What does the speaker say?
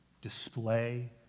Display